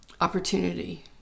opportunity